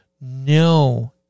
No